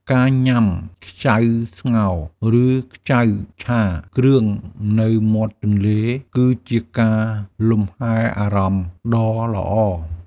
ការញ៉ាំខ្ចៅស្ងោរ ឬខ្ចៅឆាគ្រឿងនៅមាត់ទន្លេ គឺជាការលំហែអារម្មណ៍ដ៏ល្អ។